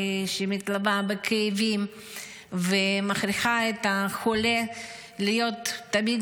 שמלווה בכאבים ומכריחה את החולה להיות תמיד